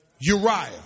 Uriah